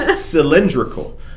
cylindrical